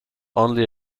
only